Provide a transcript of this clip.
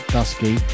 Dusky